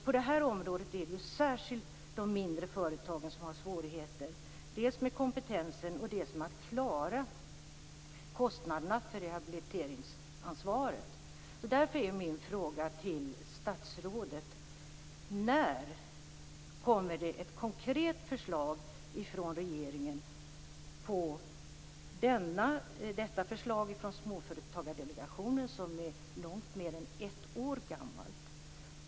På det området är det särskilt de mindre företagen som har svårigheter, dels med kompetensen, dels med att klara kostnaderna för rehabiliteringsansvaret. Därför är mina frågor till statsrådet: När kommer det ett konkret förslag från regeringen baserat på det mer än ett år gamla förslaget från Småföretagsdelegationen?